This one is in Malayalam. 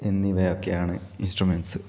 എന്നിവയൊക്കെയാണ് ഇന്സ്ട്രമെന്റ്സ്സ്